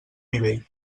nivell